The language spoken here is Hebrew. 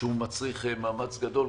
מצריך מאמץ גדול.